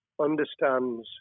understands